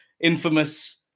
infamous